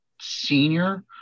senior